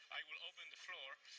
i will open the floor